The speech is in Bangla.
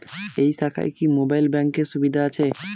এই শাখায় কি মোবাইল ব্যাঙ্কের সুবিধা আছে?